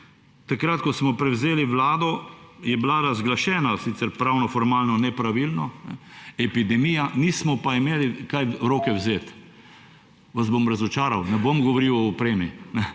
Takrat, ko smo prevzeli vlado, je bila razglašena, sicer pravnoformalno nepravilno, epidemija, nismo pa imeli kaj v roke vzeti. Vas bom razočaral, ne bom govoril o opremi.